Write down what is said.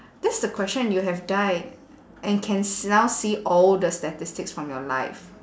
that's the question you have died and can s~ now see all the statistics from your life